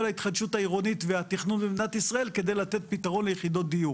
ההתחדשות העירונית והתכנון במדינת ישראל כדי לתת פתרון ליחידות דיור.